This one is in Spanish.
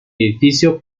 edificio